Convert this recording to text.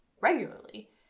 regularly